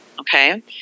Okay